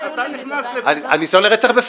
זה ניסיון לרצח.